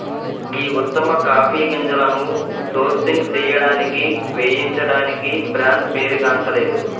గీ ఉత్తమ కాఫీ గింజలను సోర్సింగ్ సేయడానికి వేయించడానికి బ్రాండ్ పేరుగాంచలేదు